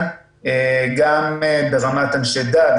גם ברמת אנשי דת,